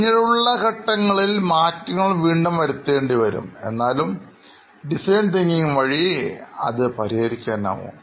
പിന്നീടുള്ള ഘട്ടങ്ങളിൽ മാറ്റങ്ങൾ വീണ്ടും വരുത്തേണ്ടി വരും എന്നാലും ഡിസൈൻ തിങ്കിങ് വഴി അത് പരിഹരിക്കാനാകും